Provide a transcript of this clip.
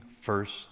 first